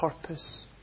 purpose